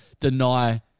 deny